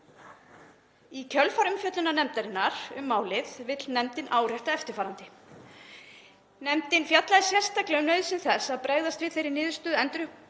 Í kjölfar umfjöllunar nefndarinnar um málið vill nefndin árétta eftirfarandi: Nefndin fjallaði sérstaklega um nauðsyn þess að bregðast við þeirri niðurstöðu Endurupptökudóms